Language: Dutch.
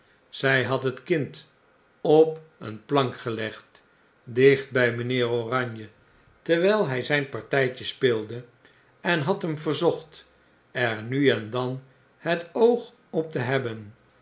zg had het kind op een plank gelegd dicht bg mgnheer oranje terwgl hij zijn partfitje speelde en had hem verzocht er nu en dan het oog op te hebben